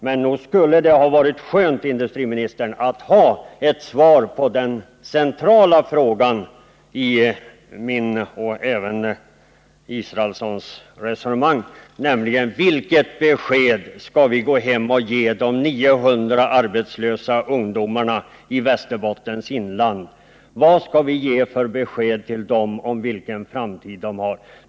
Men nog skulle det ha varit skönt, industriministern, att få svar på den centrala frågan i min och även Karin Israelssons resonemang: Vilket besked skall vi gå hem och ge de 900 arbetslösa ungdomarna i Västerbottens inland? Vad skall vi ge för besked till dem om vilken framtid de har?